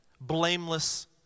Blameless